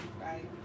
right